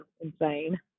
insane